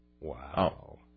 Wow